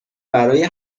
برای